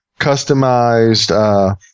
customized